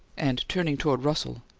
and turning toward russell,